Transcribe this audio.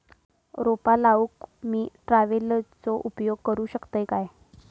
रोपा लाऊक मी ट्रावेलचो उपयोग करू शकतय काय?